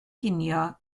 ginio